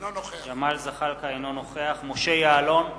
אינו נוכח משה יעלון,